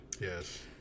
yes